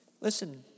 Listen